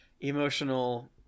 emotional